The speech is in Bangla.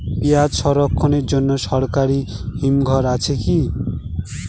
পিয়াজ সংরক্ষণের জন্য সরকারি হিমঘর আছে কি?